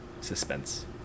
suspense